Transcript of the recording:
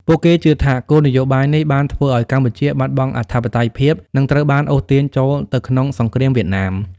ពួកគេជឿថា គោលនយោបាយនេះបានធ្វើឱ្យកម្ពុជាបាត់បង់អធិបតេយ្យភាព និងត្រូវបានអូសទាញចូលទៅក្នុងសង្គ្រាមវៀតណាម។